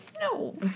No